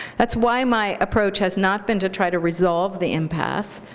that's why my approach has not been to try to resolve the impasse,